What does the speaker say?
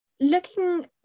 Looking